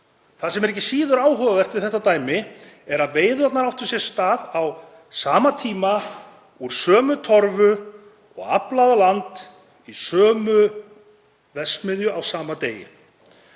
Það sem er ekki síður áhugavert við þetta dæmi er að veiðarnar áttu sér stað á sama tíma, úr sömu torfu og var aflað á land í sömu verksmiðju, á sama degi.